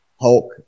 Hulk